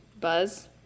buzz